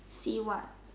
see what